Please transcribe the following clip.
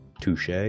touche